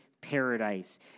paradise